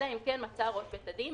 אלא אם כן מצא ראש בית הדין,